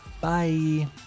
Bye